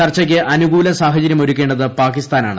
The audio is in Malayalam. ചർച്ചയ്ക്ക് അനുകൂല സാഹചര്യമൊരുക്കേണ്ടത് പാകിസ്ഥാ നാണ്